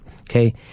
okay